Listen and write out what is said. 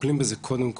מטפלים בזה קודם כל,